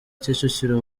kicukiro